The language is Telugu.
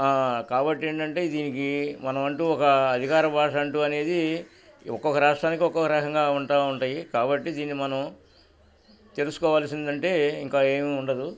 కాబట్టి ఏమిటి అంటే దీనికి మన అంటూ ఒక అధికార భాష అంటూ అనేది ఒక్కొక్క రాష్ట్రానికి ఒక్కొక్క రాష్టంగా ఉంటూ ఉంటాయి కాబట్టి దీన్ని మనం తెలుసుకోవాల్సిందంటే ఇంకా ఏమీ ఉండదు